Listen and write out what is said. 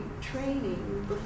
training